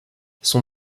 son